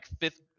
fifth